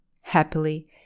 Happily